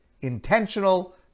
intentional